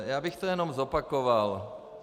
Já bych to jenom zopakoval.